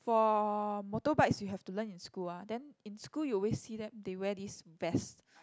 for motorbikes you have to learn in school uh then in school you always see them they wear this vest